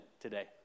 Today